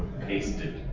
pasted